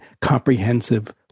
comprehensive